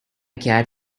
cared